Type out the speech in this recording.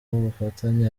ubufatanye